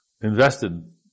invested